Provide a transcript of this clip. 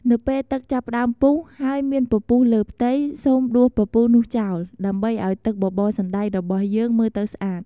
នៅពេលទឹកចាប់ផ្ដើមពុះ ហើយមានពពុះលើផ្ទៃ សូមដួសពពុះនោះចោល ដើម្បីឱ្យទឹកបបរសណ្តែករបស់យើងមើលទៅស្អាត។